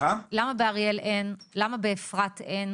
למה באפרת אין?